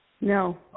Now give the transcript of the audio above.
no